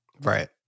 Right